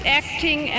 acting